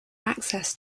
access